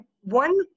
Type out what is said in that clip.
One